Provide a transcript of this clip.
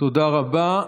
תודה רבה.